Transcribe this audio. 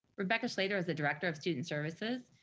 rebecca schlatter is the director of student services,